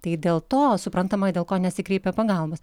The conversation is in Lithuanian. tai dėl to suprantama dėl ko nesikreipia pagalbos